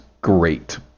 great